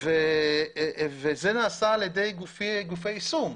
זה נעשה על ידי גופי יישום.